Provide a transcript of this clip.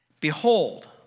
Behold